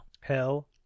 Hell